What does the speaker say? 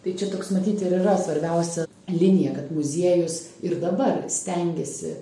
tai čia toks matyt ir yra svarbiausia linija kad muziejus ir dabar stengiasi